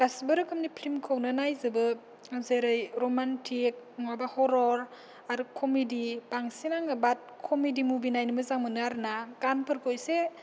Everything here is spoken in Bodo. गासिबो रोखोमनि फ्लिमखौनो नायजोबो जेरै रमान्टिक नङाबा हरर आरो कमे्दि बांसिन आङो बाट कमेदि मुबि नायनो मोजां मोनो आरो ना गानफोरखौ एसे